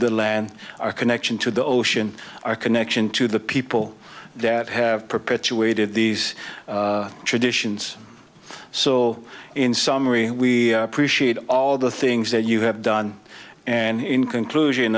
the land our connection to the ocean our connection to the people that have perpetuated these traditions so in summary we appreciate all the things that you have done and in conclusion